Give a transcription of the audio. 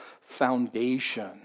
foundation